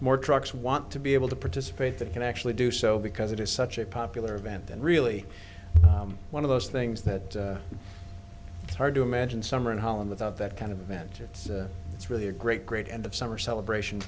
more trucks want to be able to participate that can actually do so because it is such a popular event and really one of those things that hard to imagine summer in holland without that kind of vengeance it's really a great great end of summer celebration